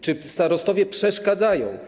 Czy starostowie przeszkadzają?